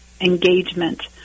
engagement